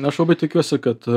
aš labai tikiuosi kad